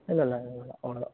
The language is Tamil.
இல்லைல்ல அவ்ளோ தான்